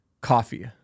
Coffee